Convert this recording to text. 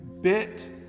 bit